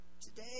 today